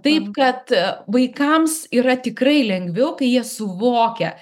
taip kad vaikams yra tikrai lengviau kai jie suvokia